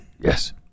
Yes